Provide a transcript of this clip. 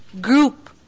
group